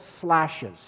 slashes